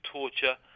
torture